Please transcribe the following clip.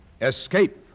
Escape